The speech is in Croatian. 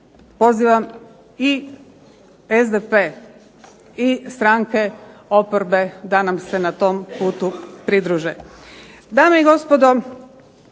Pozivam i SDP i stranke oporbe da nam se na tom putu pridruže.